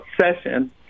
session